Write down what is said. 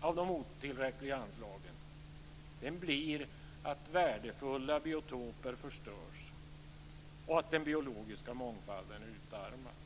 av de otillräckliga anslagen blir att värdefulla biotoper förstörs och att den biologiska mångfalden utarmas.